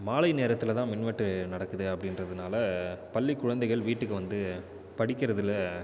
மாலை நேரத்தில் தான் மின்வெட்டு நடக்குது அப்படின்றதுனால பள்ளிக் குழந்தைகள் வீட்டுக்கு வந்து படிக்குறதில்